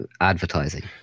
advertising